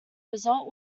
result